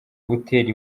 utera